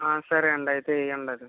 సరేండయితే వెయ్యండది